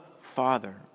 Father